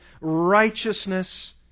righteousness